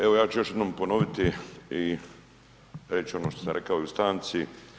Evo ja ću još jednom ponoviti i reći ono što sam rekao u stanci.